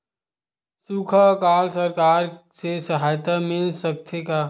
सुखा अकाल सरकार से सहायता मिल सकथे का?